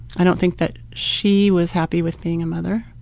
i don't think that she was happy with being a mother.